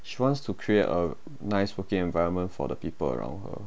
she wants to create a nice working environment for the people around her